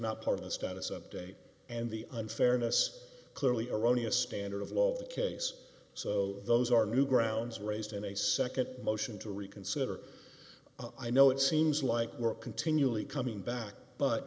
not part of the status update and the unfairness clearly erroneous standard of the law of the case so those are new grounds raised in a nd motion to reconsider i know it seems like we're continually coming back but